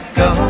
go